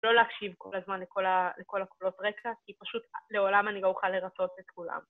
לא להקשיב כל הזמן לכל הקולות רקע, כי פשוט לעולם אני לא אוכל לרצות את כולם.